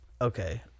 Okay